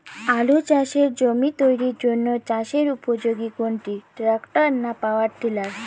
আলু চাষের জমি তৈরির জন্য চাষের উপযোগী কোনটি ট্রাক্টর না পাওয়ার টিলার?